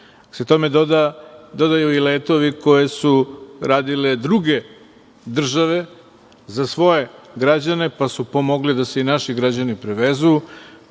se tome dodaju i letovi koje su radile druge države za svoje građane, pa su pomogli da se i naši građani prevezu,